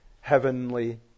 heavenly